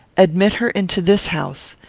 admit her into this house.